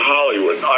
Hollywood